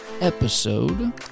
episode